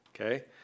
Okay